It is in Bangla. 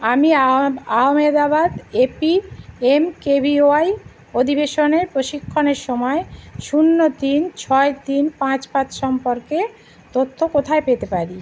আমি আব আহমেদাবাদ এপি এমকেভিওয়াই অধিবেশনের প্রশিক্ষণের সমায় শূন্য তিন ছয় তিন পাঁচ পাঁচ সম্পর্কে তথ্য কোথায় পেতে পারি